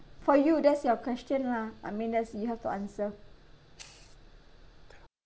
for you that's your question lah I mean that's you have to answer